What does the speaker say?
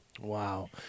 Wow